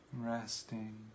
Resting